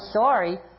sorry